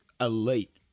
elite